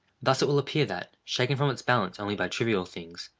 thus it will appear that, shaken from its balance only by trivial things,